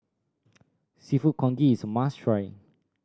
Seafood Congee is must try